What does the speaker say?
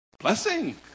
Blessing